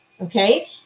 okay